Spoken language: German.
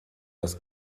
das